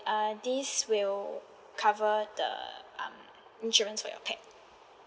err this will cover the um insurance for your pet